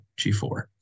G4